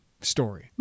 story